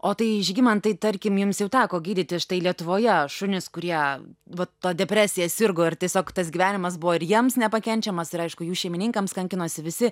o tai žygimantai tarkim jums jau teko gydyti štai lietuvoje šunys kurie va to depresija sirgo ir tiesiog tas gyvenimas buvo ir jiems nepakenčiamas ir aišku jų šeimininkams kankinosi visi